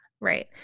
Right